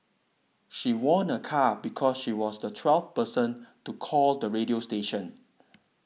she won a car because she was the twelfth person to call the radio station